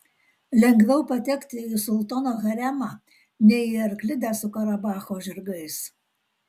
lengviau patekti į sultono haremą nei į arklidę su karabacho žirgais